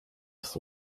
ist